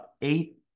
eight